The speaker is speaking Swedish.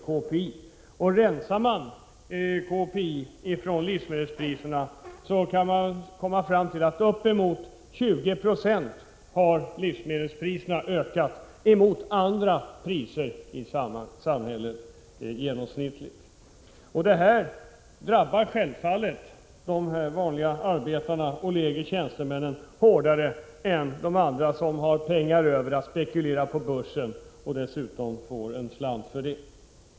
Om man när det gäller KPI bortser från livsmedelspriserna, kan man komma fram till att livsmedelspriserna i genomsnitt har ökat med uppemot 20 20 jämfört med andra priser i samhället. Detta drabbar självfallet vanliga arbetare och lägre tjänstemän hårdare än andra som har pengar över och kan spekulera på börsen och som dessutom får en slant för det.